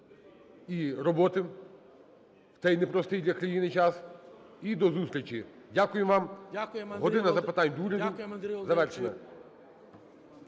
і роботи в цей непростий для країни час, і до зустрічі. Дякуємо вам. "Година запитань до Уряду" завершена.